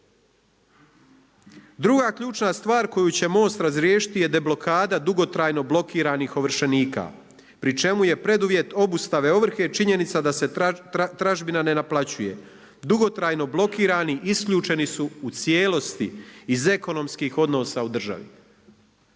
Druga ključna stvar koju će MOST razriješiti je deblokada dugotrajno blokiranih ovršenika pri čemu je preduvjet obustave ovrhe činjenica da se tražbina ne naplaćuje. Dugotrajno blokirani isključeni su u cijelosti iz ekonomskih odnosa u državi.